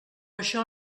això